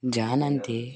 जानन्ति